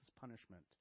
punishment